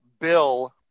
bill